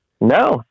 No